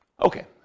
Okay